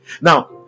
Now